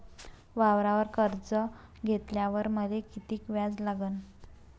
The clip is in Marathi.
वावरावर कर्ज घेतल्यावर मले कितीक व्याज लागन?